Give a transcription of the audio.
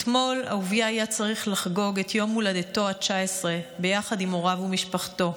אתמול אהוביה היה צריך לחגוג את יום הולדתו ה-19 ביחד עם הוריו ומשפחתו.